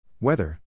Weather